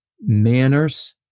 Manners